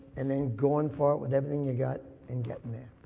and then going for it with everything you've got, and getting there.